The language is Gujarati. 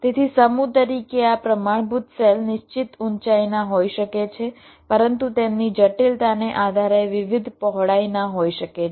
તેથી સમૂહ તરીકે આ પ્રમાણભૂત સેલ નિશ્ચિત ઊંચાઈના હોઈ શકે છે પરંતુ તેમની જટિલતાને આધારે વિવિધ પહોળાઈના હોઈ શકે છે